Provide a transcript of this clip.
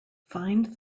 find